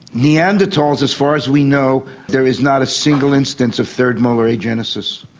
neanderthals, as far as we know, there is not a single instance of third molar agenesis.